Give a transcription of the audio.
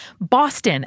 Boston